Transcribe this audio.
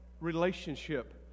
Relationship